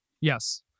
Yes